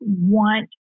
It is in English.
want